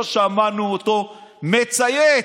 לא שמענו אותו מצייץ.